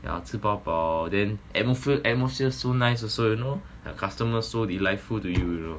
yeah 吃饱饱 then atmosphere atmosphere so nice also you know your customer so delightful to you you know